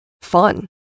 fun